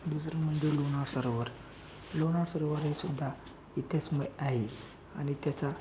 दुसरं म्हणजे लोणार सरोवर लोणार सरोवर हे सुद्धा इतिहासमय आहे आणि त्याचा